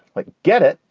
like, get it?